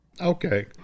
Okay